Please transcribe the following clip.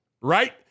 right